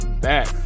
back